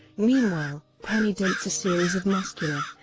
meanwhile, penny dates a series of muscular,